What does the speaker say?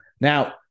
Now